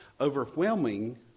overwhelming